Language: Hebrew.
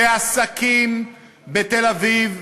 שעסקים בתל-אביב,